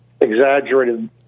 exaggerated